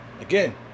Again